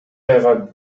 айга